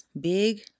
big